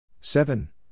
seven